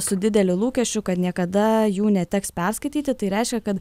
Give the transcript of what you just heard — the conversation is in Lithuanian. su dideliu lūkesčiu kad niekada jų neteks perskaityti tai reiškia kad